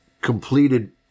completed